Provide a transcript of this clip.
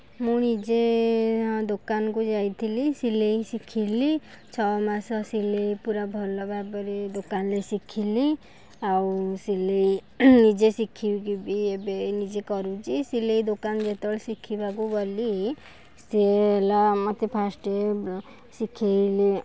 ମୁଁ ନିଜେ ଦୋକାନକୁ ଯାଇଥିଲି ସିଲେଇ ଶିଖିଲି ଛଅ ମାସ ସିଲେଇ ପୁରା ଭଲ ଭାବରେ ଦୋକାନରେ ଶିଖିଲି ଆଉ ସିଲେଇ ନିଜେ ଶିଖିକି ବି ଏବେ ନିଜେ କରୁଛି ସିଲେଇ ଦୋକାନ ଯେତେବେଳେ ଶିଖିବାକୁ ଗଲି ସିଏ ହେଲା ମୋତେ ଫାଷ୍ଟ ଶିଖାଇଲେ